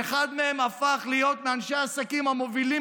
שאחד מהם הפך להיות מאנשי העסקים המובילים